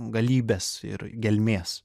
galybės ir gelmės